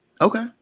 Okay